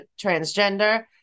transgender